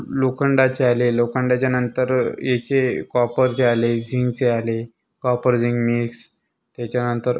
लोखंडाचे आले लोखंडाच्या नंतर हेचे कॉपरचे आले झिंकचे आले कॉपर झिंक मिक्स त्याच्यानंतर